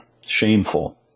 shameful